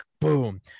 Boom